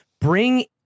bring